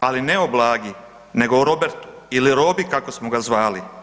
ali ne o Blagi, nego o Robertu ili Robi kako smo ga zvali.